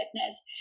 fitness